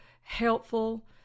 helpful